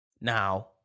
Now